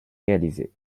réalisée